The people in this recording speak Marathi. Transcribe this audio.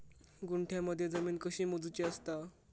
गुंठयामध्ये जमीन कशी मोजूची असता?